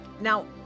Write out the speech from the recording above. now